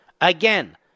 Again